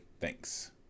thanks